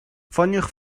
ffoniwch